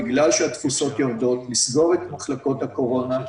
בגלל שהתפוסות יורדות לסגור את מחלקות הקורונה,